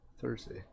Thursday